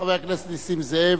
חבר הכנסת נסים זאב.